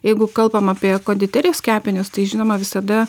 jeigu kalbam apie konditerijos kepinius tai žinoma visada